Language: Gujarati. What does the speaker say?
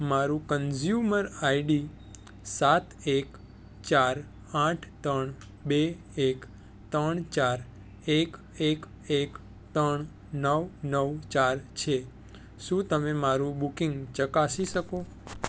મારું કન્ઝ્યુમર આઈડી સાત એક ચાર આઠ ત્રણ બે એક ત્રણ ચાર એક એક એક ત્રણ નવ નવ ચાર છે શું તમે મારું બુકિંગ ચકાસી શકો